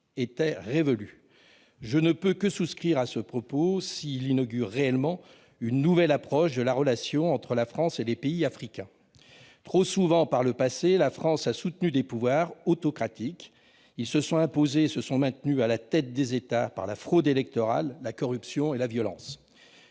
était révolu. Je ne peux que souscrire à ce propos, s'il inaugure réellement une nouvelle approche de la relation entre la France et les pays africains. Trop souvent, par le passé, la France a soutenu des pouvoirs autocratiques qui se sont imposés et maintenus à la tête des États par la fraude électorale, la corruption et la violence.